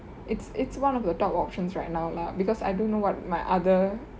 it's it's one of the top options right now lah because I don't know what my other